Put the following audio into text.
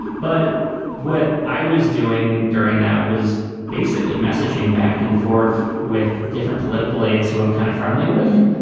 but what i was doing during that was basically messaging back and forth with different political aides who i'm kind of friendly with.